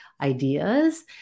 ideas